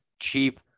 cheap